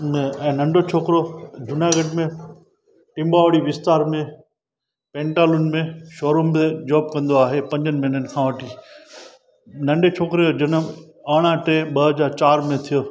ऐं नंढो छोकिरो जूनागढ़ में टीमावड़ी विस्तार में पैंटालून में शॉरूम में जॉब कंदो आहे पंजनि महिननि खां वठी नंढे छोकिरे जो जनमु अहिड़हां टे ॿ हज़ार चार में थियो